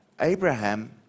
abraham